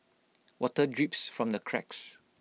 water drips from the cracks